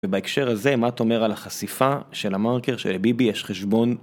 ובהקשר הזה מה אתה אומר על החשיפה של המרקר שלביבי יש חשבון